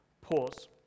pause